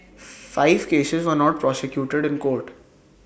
five cases were not prosecuted in court